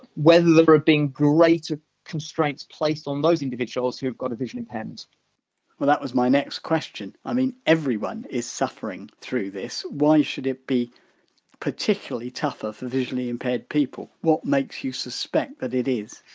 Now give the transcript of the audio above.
whether there have ah been greater constraints placed on those individuals who've got a visual impairment well, that was my next question, i mean everyone is suffering through this, why should it be particularly tougher for visually impaired people? what makes you suspect that it is?